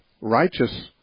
righteous